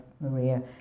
Maria